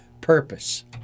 purpose